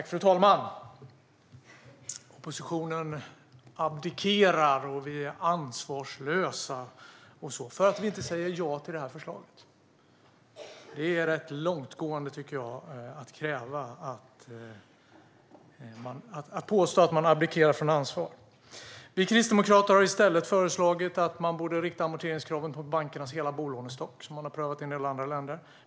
Fru talman! Ministern säger att vi i oppositionen abdikerar och är ansvarslösa för att vi inte säger ja till förslaget. Det är rätt långtgående att påstå att man abdikerar från ansvar. Vi kristdemokrater har föreslagit att man i stället borde rikta amorteringskraven mot bankernas hela bolånestock, vilket man har prövat i en del andra länder.